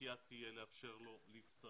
הנטייה תהיה לאפשר לו להצטרף.